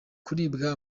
kuribwa